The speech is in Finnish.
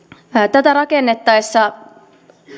tätä rakennettaessa